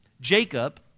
Jacob